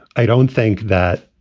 i don't think that,